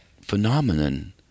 phenomenon